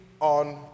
on